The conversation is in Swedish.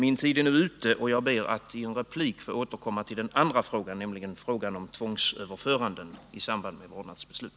Min tid är nu ute, men jag ber att i en replik få återkomma till den andra frågan, nämligen frågan om tvångsöverföranden i samband med vårdnadsbeslut.